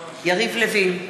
יריב לוין,